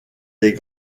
des